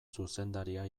zuzendaria